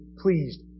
pleased